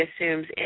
assumes